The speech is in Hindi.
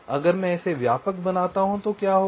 इसलिए अगर मैं इसे व्यापक बनाता हूं तो क्या होगा